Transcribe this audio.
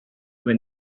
when